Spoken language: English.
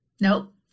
Nope